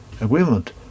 Agreement